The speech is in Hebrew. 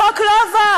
החוק לא עבר.